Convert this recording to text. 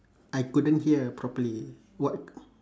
I couldn't hear properly what